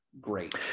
great